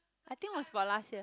I think it was about last year